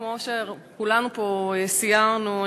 כמו שכולנו פה סיירנו,